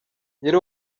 yari